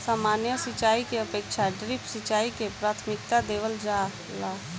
सामान्य सिंचाई के अपेक्षा ड्रिप सिंचाई के प्राथमिकता देवल जाला